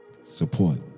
support